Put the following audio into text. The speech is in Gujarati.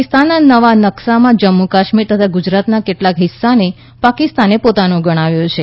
પાકિસ્તાનના નવા નકશામાં જમ્મુ કાશ્મીર તથા ગુજરાતના કેટલાક હિસ્સાને પાકિસ્તાને પોતાનો ગણાવ્યો છે